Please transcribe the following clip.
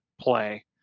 play